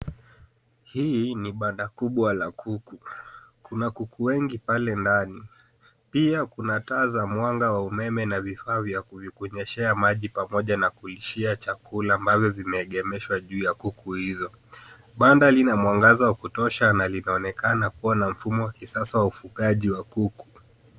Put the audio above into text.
Hii ni Banda kubwa la kuku, kuna kuku wengi pale ndani. Pia kuna taa za mwanga wa umeme na vifaa vya kuvikunyweshea maji, pamoja na kulishia chakula ambavyo vimeegemeshwa juu ya kuku hizo. Banda lina mwangaza wa kutosha na linaonekana kuwa na mfumo wa kisasa wa ufugaji wa kuku.